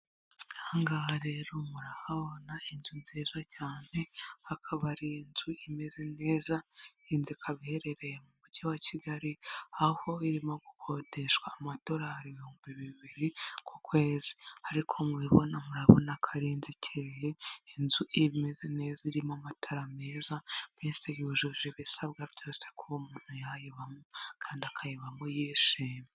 hangaha rero murahabona inzu nziza cyane hakaba ari inzu imeze neza ihinduka iherereye mu mujyi wa kigali aho irimo gukodeshwa amadorari ibihumbi bibiri ku kwezi ariko mubibona murabona korenzi ikeye inzu iyo imeze neza irimo amatara meza mste yujuje ibisabwa byose kuba umuntu yayibamo kandi akayivamo yishimye